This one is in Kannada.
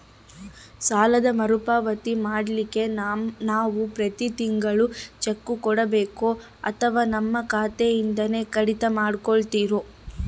ಸಾಲದ ಮರುಪಾವತಿ ಮಾಡ್ಲಿಕ್ಕೆ ನಾವು ಪ್ರತಿ ತಿಂಗಳು ಚೆಕ್ಕು ಕೊಡಬೇಕೋ ಅಥವಾ ನಮ್ಮ ಖಾತೆಯಿಂದನೆ ಕಡಿತ ಮಾಡ್ಕೊತಿರೋ?